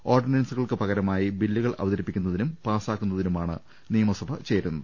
ഓർഡിനൻസുകൾക്ക് പകരമായി ബില്ലുകൾ അവതരിപ്പിക്കുന്നതിനും പാസ്സാക്കുന്നതിനുമാണ് നിയമസഭ ചേരുന്നത്